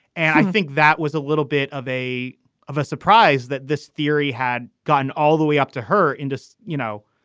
and i think that was a little bit of a of a surprise that this theory had gotten all the way up to her in just, you know,